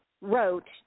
wrote